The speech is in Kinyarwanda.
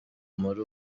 muri